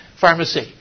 pharmacy